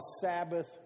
Sabbath